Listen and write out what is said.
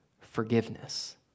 forgiveness